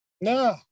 No